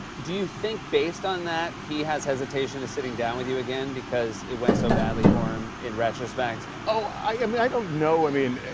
do you think based on that, he has hesitation of sitting down with you again, because it went so badly for him in retrospect? oh, i mean i don't know. i mean,